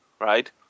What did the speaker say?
right